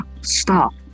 stop